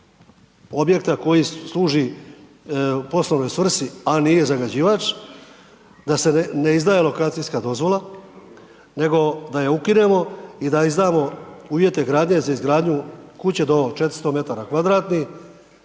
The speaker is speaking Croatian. objekta koji služi poslovnoj svrsi a nije zagađivač da se ne izdaje lokacijska dozvola, nego da ju ukinemo i da izdamo uvjete gradnje za izgradnju kuće do 400 metara kvadratnih